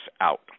out